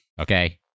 Okay